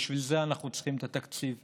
ובשביל זה אנחנו צריכים את התקציב.